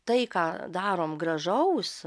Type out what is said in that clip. tai ką darom gražaus